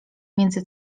między